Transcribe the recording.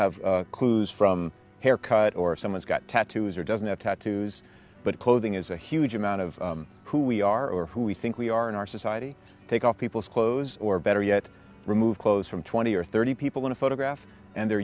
have clues from hair cut or someone's got tattoos or doesn't have tattoos but clothing is a huge amount of who we are or who we think we are in our society take off people's clothes or better yet remove clothes from twenty or thirty people in a photograph and they're